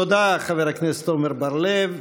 תודה, חבר הכנסת עמר בר לב.